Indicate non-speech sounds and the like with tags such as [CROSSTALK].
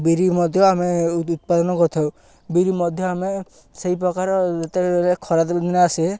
ବିରି ମଧ୍ୟ ଆମେ ଉତ୍ପାଦନ କରିଥାଉ ବିରି ମଧ୍ୟ ଆମେ ସେଇ ପ୍ରକାର ଯେତେବେଳେ ଖରାଦିନ [UNINTELLIGIBLE] ଆସେ